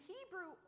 Hebrew